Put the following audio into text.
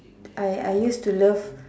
I I use to love